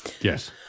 Yes